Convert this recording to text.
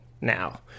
now